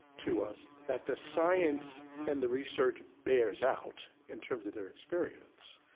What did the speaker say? to us that the science and the research bears out in terms of their experience